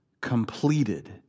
completed